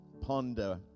ponder